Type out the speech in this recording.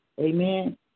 Amen